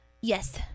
Yes